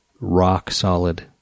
rock-solid